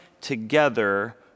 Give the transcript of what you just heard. together